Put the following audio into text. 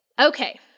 Okay